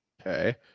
okay